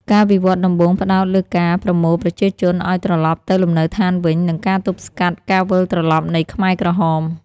ការវិវត្តដំបូងផ្តោតលើការប្រមូលប្រជាជនឱ្យត្រឡប់ទៅលំនៅឋានវិញ និងការទប់ស្កាត់ការវិលត្រឡប់នៃខ្មែរក្រហម។